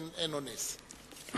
אין אונס.